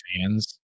fans